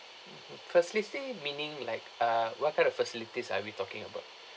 mmhmm facility meaning like ah what kind of facilities are we talking about